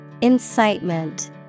Incitement